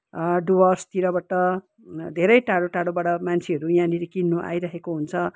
डुवर्सतिरबाट धेरै टाढो टाढोबाट मान्छेहरू यहाँनिर किन्नु आइरहेको हुन्छ